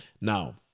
Now